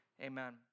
amen